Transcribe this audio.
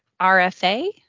RFA